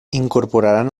incorporaran